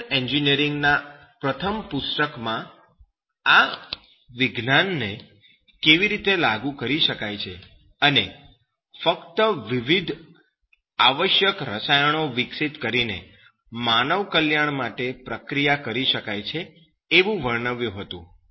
chemical engineering ના તેમના પ્રથમ પુસ્તકમાં આ વિજ્ઞાનને કેવી રીતે લાગુ કરી શકાય છે અને ફક્ત વિવિધ આવશ્યક રસાયણો વિકસિત કરીને માનવ કલ્યાણ માટે પ્રક્રિયા કરી શકાય છે એવું વર્ણવ્યું હતું